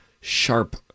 sharp